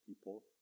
people